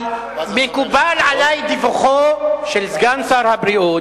מקובל עלי דיווחו של סגן שר הבריאות,